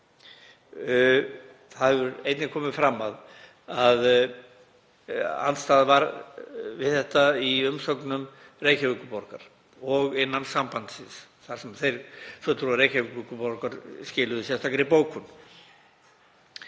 Það hefur einnig komið fram að andstaða var við þetta í umsögn Reykjavíkurborgar og innan sambandsins þar sem fulltrúar Reykjavíkurborgar skiluðu sérstakri bókun.